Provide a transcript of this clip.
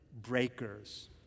breakers